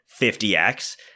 50x